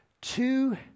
two